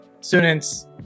students